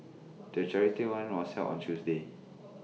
the charity run was held on Tuesday